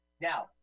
Now